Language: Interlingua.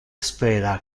spera